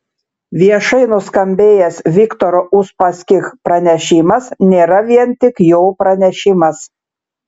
viešai nuskambėjęs viktoro uspaskich pranešimas nėra vien tik jo pranešimas